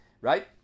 right